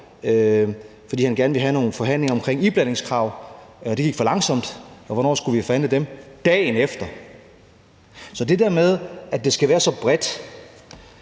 fordi han gerne ville have nogle forhandlinger om iblandingskrav. Det gik for langsomt, og hvornår skulle vi forhandle dem? Dagen efter. Så det der med, at det skal være så bredt,